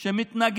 שמעתי,